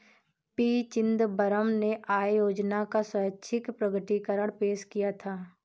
P Chidambaram ने आय योजना का स्वैच्छिक प्रकटीकरण पेश किया था